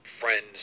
friends